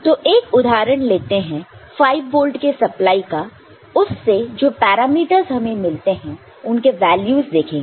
तो एक उदाहरण लेते हैं 5 वोल्ट के सप्लाई का उससे जो पैरामीटर्स हमें मिलते हैं उनके वैल्यूस देखेंगे